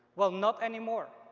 well, not anymore.